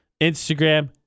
Instagram